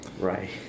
Right